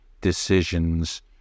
decisions